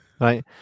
Right